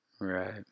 Right